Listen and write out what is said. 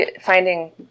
finding